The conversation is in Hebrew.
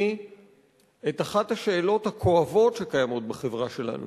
את אחת השאלות הכואבות שקיימות בחברה שלנו